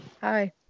hi